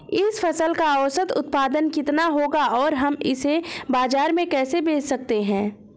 इस फसल का औसत उत्पादन कितना होगा और हम इसे बाजार में कैसे बेच सकते हैं?